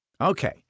Okay